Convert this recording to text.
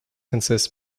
consists